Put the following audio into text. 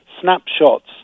snapshots